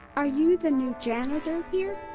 are you the new janitor here?